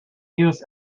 use